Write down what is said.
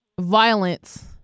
violence